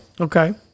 Okay